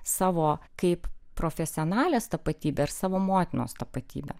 savo kaip profesionalės tapatybę ir savo motinos tapatybę